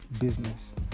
business